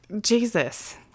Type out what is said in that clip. Jesus